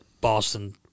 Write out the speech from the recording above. Boston